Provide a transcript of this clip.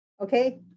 okay